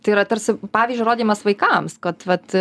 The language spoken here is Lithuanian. tai yra tarsi pavyzdžio rodymas vaikams kad vat